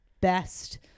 best